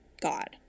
God